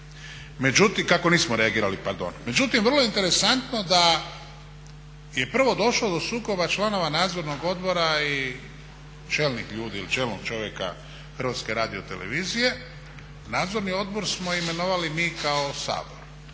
Međutim, vrlo je interesantno da je prvo došlo do sukoba članova Nadzornog odbora i čelnih ljudi ili čelnog čovjeka HRT-a. Nadzorni odbor smo imenovali mi kao Sabor,